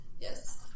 Yes